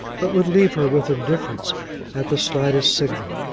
but would leave her with indifference at the slightest signal.